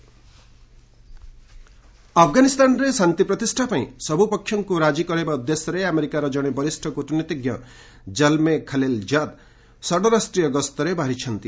US Afghan ଆଫଗାନିସ୍ଥାନରେ ଶାନ୍ତି ପ୍ରତିଷ୍ଠା ପାଇଁ ସବୁ ପକ୍ଷଙ୍କୁ ରାଜି କରାଇବା ଉଦ୍ଦେଶ୍ୟରେ ଆମେରିକାର ଜଣେ ବରିଷ୍ଣ କୁଟନୀତିଜ୍ଞ ଜଲ୍ମେ ଖଲିଲ୍ ଜାଦ୍ ଷଡ଼ରାଷ୍ଟ୍ରୀୟ ଗସ୍ତରେ ବାହାରିଛନ୍ତି